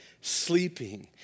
sleeping